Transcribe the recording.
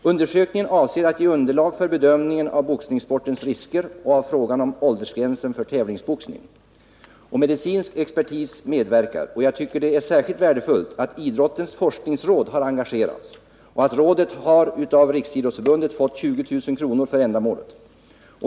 Undersökningen avser att ge underlag för bedömningen av boxningssportens risker och om frågan om åldergränsen för tävlingsboxning. Medicinsk expertis medverkar, och jag tycker att det är särskilt värdefullt att Idrottens forskningsråd har engagerats. Rådet har av Riksidrottsförbundet fått 20 000 kr. för ändamålet.